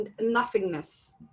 nothingness